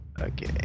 okay